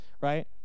right